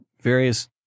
various